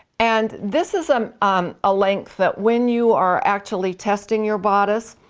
and this is um um a length that when you are actually testing your bodice,